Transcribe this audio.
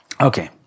Okay